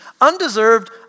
Undeserved